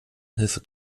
hilfe